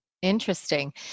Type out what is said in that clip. Interesting